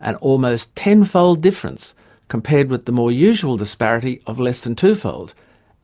an almost tenfold difference compared with the more usual disparity of less than twofold